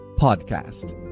podcast